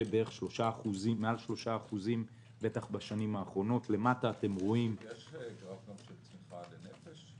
בערך מעל 3% בשנים האחרונות -- יש גם גרף של צמיחה לנפש?